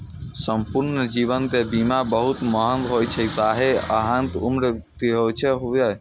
संपूर्ण जीवन के बीमा बहुत महग होइ छै, खाहे अहांक उम्र किछुओ हुअय